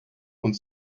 und